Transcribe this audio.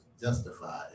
justified